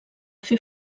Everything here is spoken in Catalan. fer